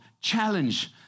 challenge